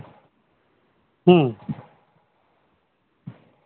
ᱦᱮᱸ